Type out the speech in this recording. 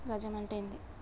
గజం అంటే ఏంది?